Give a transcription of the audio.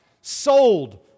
sold